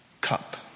cup